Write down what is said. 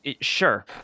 Sure